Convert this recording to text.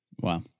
Wow